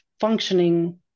functioning